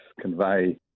convey